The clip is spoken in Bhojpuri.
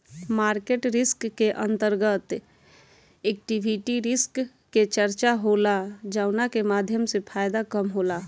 मार्केट रिस्क के अंतर्गत इक्विटी रिस्क के चर्चा होला जावना के माध्यम से फायदा कम होला